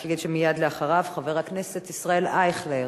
אני רק אגיד שמייד אחריו, חבר הכנסת ישראל אייכלר.